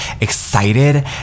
excited